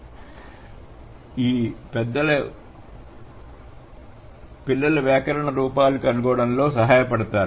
ఈ పాతవక్తలుపెద్దలు పిల్లలు వ్యాకరణ రూపాలు కనుగొనడంలో సహాయపడతారు